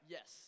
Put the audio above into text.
Yes